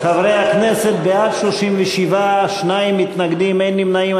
חברי הכנסת, בעד, 37, שניים מתנגדים, אין נמנעים.